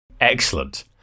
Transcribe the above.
Excellent